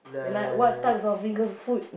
like what types of finger food